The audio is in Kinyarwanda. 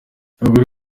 abagore